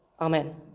amen